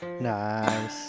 Nice